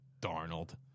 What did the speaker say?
Darnold